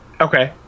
Okay